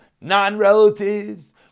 non-relatives